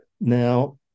Now